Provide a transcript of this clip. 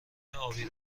ابی